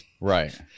Right